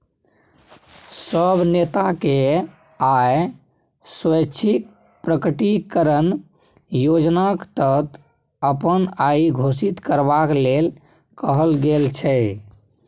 सब नेताकेँ आय स्वैच्छिक प्रकटीकरण योजनाक तहत अपन आइ घोषित करबाक लेल कहल गेल छै